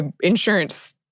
Insurance